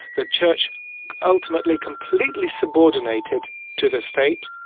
the church ultimately completely subordinated to the state.